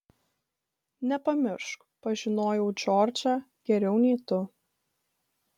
nepamiršk pažinojau džordžą geriau nei tu